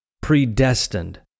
predestined